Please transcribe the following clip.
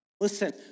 Listen